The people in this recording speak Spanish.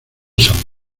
san